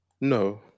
no